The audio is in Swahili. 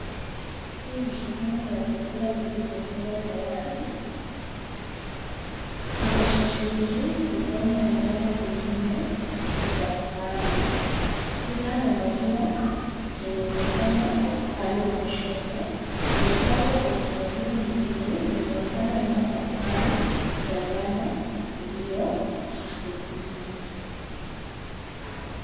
Hii ni sehemu ya vyakula vilivyofungwa tayari, ama sausage , bacon na nyama zingine za kukaanga. Bidhaa na maziwa zinaonekana upande wa kushoto. Zimepangwa kwa utaratibu mzuri. Zinaonekana aina mbalimbali za nyama iliyosindikwa.